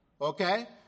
Okay